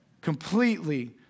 Completely